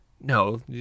no